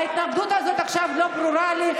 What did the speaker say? וההתנגדות הזאת עכשיו לא ברורה לי,